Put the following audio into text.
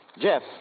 Jeff